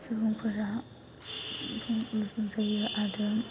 सुबुंफोरा मिथिनाय जायो आरो